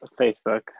Facebook